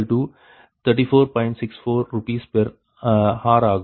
64 Rshr ஆகும்